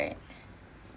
right